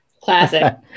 Classic